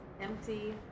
empty